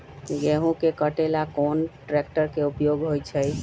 गेंहू के कटे ला कोंन ट्रेक्टर के उपयोग होइ छई?